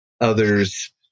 others